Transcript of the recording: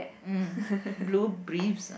mm blue briefs ah